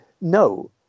no